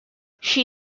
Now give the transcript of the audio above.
she